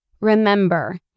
remember